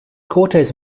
cortez